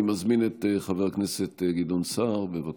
אני מזמין את חבר הכנסת גדעון סער, בבקשה.